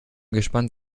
gespannt